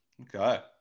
Okay